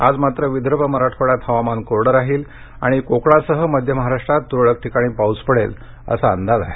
आज मात्र विदर्भ मराठवाड्यात हवामान कोरडं राहील आणि कोकणासह मध्य महाराष्ट्रात तुरळक ठिकाणी पाऊस पडेल असा अंदाज आहे